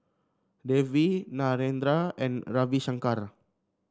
Devi Narendra and Ravi Shankar